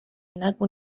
نگو